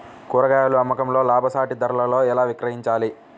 కూరగాయాల అమ్మకంలో లాభసాటి ధరలలో ఎలా విక్రయించాలి?